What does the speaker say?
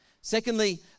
Secondly